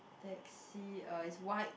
taxi uh it's white